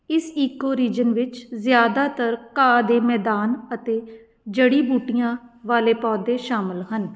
ਇਸ ਈਕੋਰੀਜਨ ਵਿੱਚ ਜ਼ਿਆਦਾਤਰ ਘਾਹ ਦੇ ਮੈਦਾਨ ਅਤੇ ਜੜੀ ਬੂਟੀਆਂ ਵਾਲੇ ਪੌਦੇ ਸ਼ਾਮਲ ਹਨ